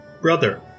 brother